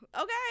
Okay